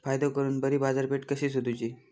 फायदो करून बरी बाजारपेठ कशी सोदुची?